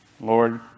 Lord